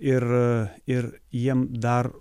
ir ir jiem dar